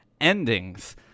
endings